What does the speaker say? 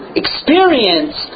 experience